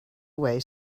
away